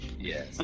Yes